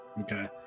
Okay